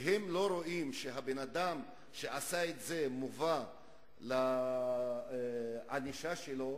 והם לא רואים שהאדם שעשה את זה מובא לענישה שלו,